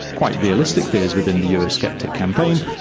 quite realistic fears within the eurosceptic campaign,